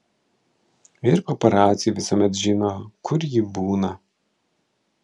ir paparaciai visuomet žino kur ji būna